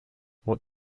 what